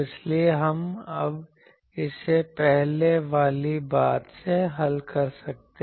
और इसलिए अब हम इसे पहले वाली बात से हल कर सकते हैं